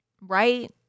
Right